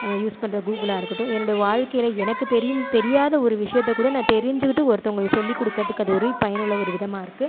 நம்ம யூஸ் பண்ணுற கூகுளாக இருக்கட்டும் என்னுடைய வாழ்க்கையில் எனக்குத் தெரிந் தெரியாத ஒரு விஷயத்தை கூட நான் தெரிஞ்சுக்கிட்டு ஒருத்தவங்களுக்கு சொல்லிக் கொடுக்கறதுக்கு அது ஒரு பயனுள்ள ஒரு விதமாக இருக்குது